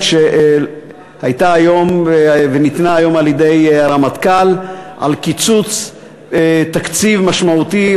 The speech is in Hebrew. שניתנה היום על-ידי הרמטכ"ל על קיצוץ תקציב משמעותי,